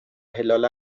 هلال